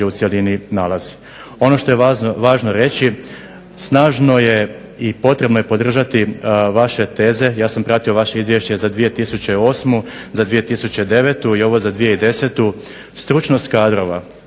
u cjelini nalazi. Ono što je važno reći, snažno je i potrebno je podržati vaše teze. Ja sam pratio vaše izvješće za 2008., za 2009. i ovo za 2010. stručnost kadrova,